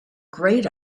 great